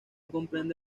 comprende